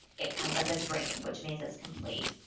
it comes up as green, which means it's complete.